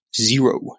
Zero